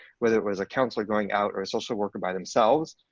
whether it was a counselor going out or a social worker by themselves,